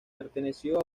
perteneció